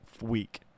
week